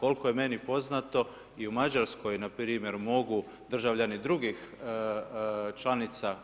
Koliko je meni poznato i u Mađarskoj npr. mogu državljani drugih članica